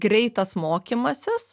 greitas mokymasis